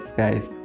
guys